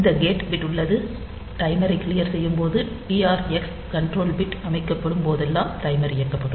இந்த gate bit உள்ளது டைமரை க்ளியர் செய்யும் போது டிஆர் எக்ஸ் கண்ட்ரோல் பிட் அமைக்கப்படும் போதெல்லாம் டைமர் இயக்கப்படும்